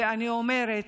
ואני אומרת: